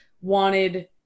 wanted